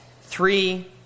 three